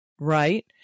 right